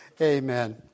Amen